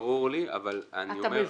ברור לי, אבל אני אומר